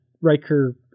Riker